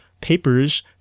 papers